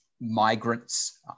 migrants